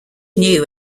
knew